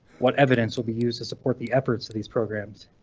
what evidence will be used to support the efforts of these programs?